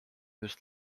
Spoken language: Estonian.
just